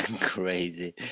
crazy